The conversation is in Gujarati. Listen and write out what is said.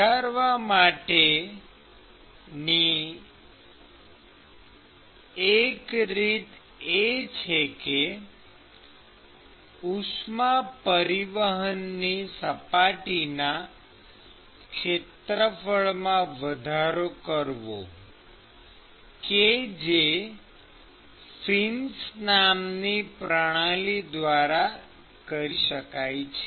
વધારવા માટેની એક રીત એ છે કે ઉષ્મા પરિવહનની સપાટીના ક્ષેત્રફળમાં વધારો કરવો કે જે ફિન્સ નામની પ્રણાલી દ્વારા કરી શકાય છે